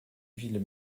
villes